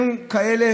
ודרך אגב,